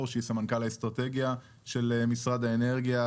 שהיא סמנכ"ל אסטרטגיה של משרד האנרגיה,